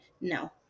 no